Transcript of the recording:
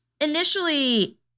initially